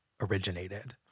originated